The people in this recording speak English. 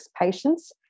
patients